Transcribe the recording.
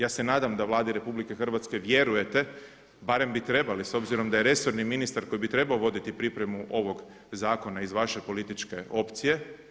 Ja se nadam da Vladi RH vjerujete, barem bi trebali s obzirom da je resorni ministar koji bi trebao voditi pripremu ovog zakona iz vaše političke opcije.